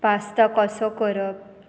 pasta कसो करप